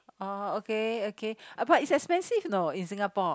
oh okay okay uh but it's expensive you know in Singapore